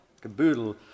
caboodle